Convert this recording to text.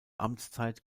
amtszeit